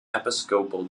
episcopal